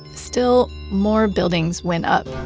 still more buildings went up,